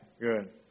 Good